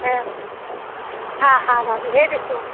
हा हा हा भाभी इहो ॾिसो